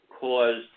caused